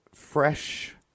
fresh